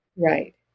Right